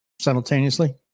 simultaneously